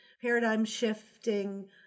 paradigm-shifting